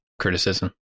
criticism